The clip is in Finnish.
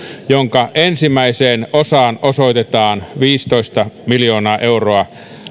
jonka ensimmäiseen osaan osoitetaan viisitoista miljoonaa euroa